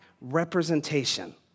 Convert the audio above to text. representation